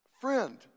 Friend